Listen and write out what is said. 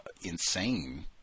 insane